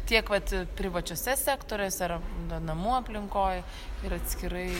tiek vat privačiuose sektoriuose ar n namų aplinkoj ir atskirai